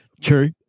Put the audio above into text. True